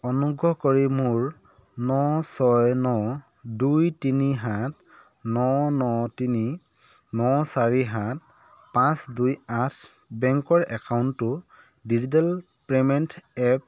অনুগ্ৰহ কৰি মোৰ ন ছয় ন দুই তিনি সাত ন ন তিনি ন চাৰি সাত পাঁচ দুই আঠ বেংক একাউণ্টটো ডিজিটেল পে'মেণ্ট এপ